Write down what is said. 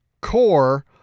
core